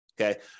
okay